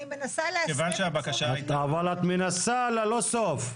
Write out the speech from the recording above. אני מנסה להסביר --- אבל את מנסה ללא סוף.